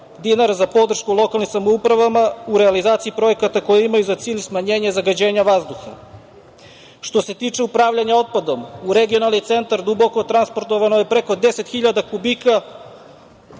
dinara za podršku lokalnim samoupravama u realizaciji projekata koji imaju za cilj smanjenje zagađenja vazduha. Što se tiče upravljanja otpadom, u regionalni centar "Duboko" transportovano je preko 10 hiljada kubika